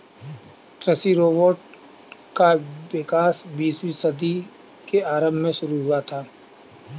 कृषि रोबोट का विकास बीसवीं सदी के आरंभ में शुरू हुआ था